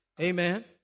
Amen